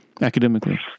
academically